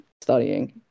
studying